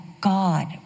God